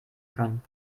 kann